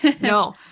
no